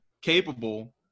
capable